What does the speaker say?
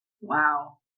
Wow